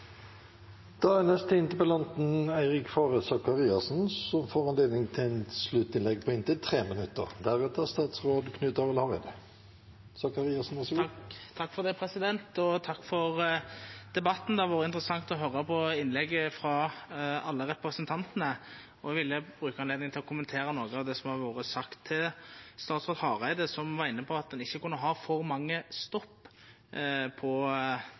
Takk for debatten. Det har vore interessant å høyra på innlegg frå alle representantane. Eg vil bruka anledninga til å kommentera noko av det som har vorte sagt her. Til statsråd Hareide, som var inne på at ein ikkje kunne ha for mange stopp på